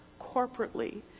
corporately